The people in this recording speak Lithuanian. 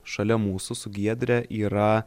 šalia mūsų su giedre yra